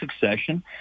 succession